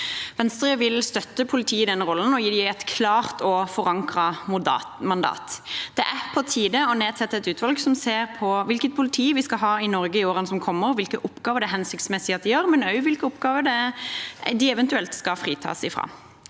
Venstre vil støtte politiet i denne rollen og gi dem et klart og forankret mandat. Det er på tide å nedsette et utvalg som ser på hvilket politi vi skal ha i Norge i årene som kommer, hvilke oppgaver det er hensiktsmessig at de gjør, og også hvilke oppgaver de eventuelt skal fritas fra.